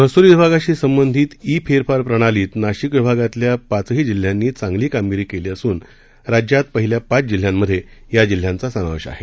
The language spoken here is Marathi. महसूल विभागाशी संबंधित ई फेरफार प्रणालीत नाशिक विभागातल्या पाचही जिल्ह्यांनी चांगली कामगिरी केली असून राज्यात पहिल्या पाच जिल्ह्यांमध्ये या जिल्ह्यांचा समावेश आहे